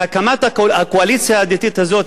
בהקמת הקואליציה הדתית הזו,